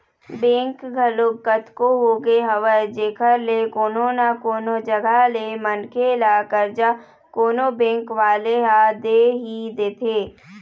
bank घलोक कतको होगे हवय जेखर ले कोनो न कोनो जघा ले मनखे ल करजा कोनो बेंक वाले ह दे ही देथे